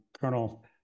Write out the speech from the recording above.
Colonel